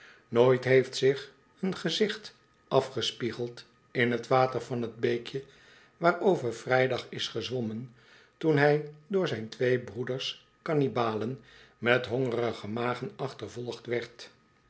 nooit heeft zich een gezicht afgespiegeld in t water van t beekje waarover vrijdag is gezwommen toen hij door zijn twee broeders cani balen met hongerige magen achtervolgd werd